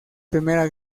primera